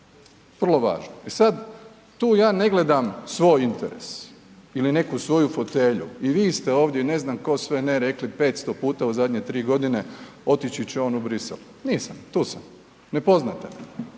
vrlo važno. E sad tu ja ne gledam svoj interes ili neku svoju fotelju, i vi ste ovdje ne znam ko sve ne rekli 500 puta u zadnje 3 g., otići će on u Bruxelles, nisam, tu sam, ne poznate me,